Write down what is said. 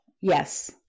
Yes